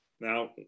Now